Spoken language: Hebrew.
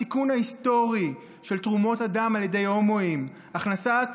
התיקון ההיסטורי של תרומות הדם של הומואים, הכנסת